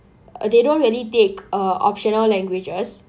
uh they don't really take uh optional languages